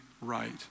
right